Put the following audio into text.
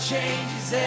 changes